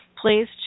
please